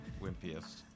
wimpiest